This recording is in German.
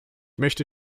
möchte